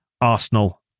Arsenal